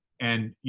and, you